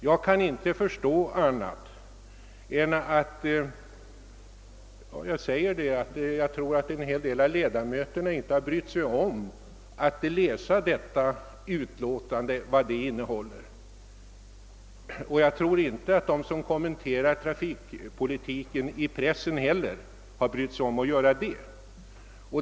Jag kan inte förstå annat än att en hel del av deltagarna i debatten inte har brytt sig om att läsa detta utlåtande och sett efter vad det innehåller. Jag tror inte heller att de som kommenterar trafikpolitiken i pressen har brytt sig om att göra det.